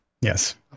Yes